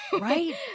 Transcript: Right